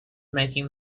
making